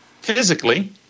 physically